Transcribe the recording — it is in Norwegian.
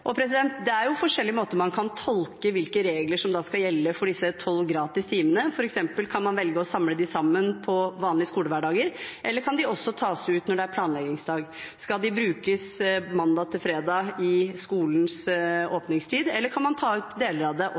Og det er forskjellige måter man kan tolke hvilke regler som skal gjelde for disse tolv gratistimene. Kan man f.eks. velge å samle dem sammen på vanlige skolehverdager, eller kan de også tas ut når det er planleggingsdag? Skal de brukes mandag til fredag i skolens åpningstid, eller kan man ta ut deler av det